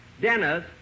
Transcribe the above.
Dennis